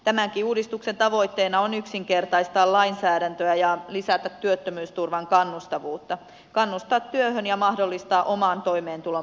tämänkin uudistuksen tavoitteena on yksinkertaistaa lainsäädäntöä ja lisätä työttömyysturvan kannustavuutta kannustaa työhön ja mahdollistaa oman toimeentulon parantamista